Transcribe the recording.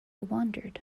wandered